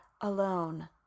alone